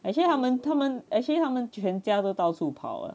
actually 他们他们 actually 他们全家都到处跑啊